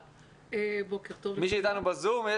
מי שאיתנו בזום.